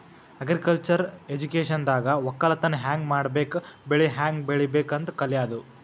agriculture ಎಜುಕೇಶನ್ದಾಗ್ ವಕ್ಕಲತನ್ ಹ್ಯಾಂಗ್ ಮಾಡ್ಬೇಕ್ ಬೆಳಿ ಹ್ಯಾಂಗ್ ಬೆಳಿಬೇಕ್ ಅಂತ್ ಕಲ್ಯಾದು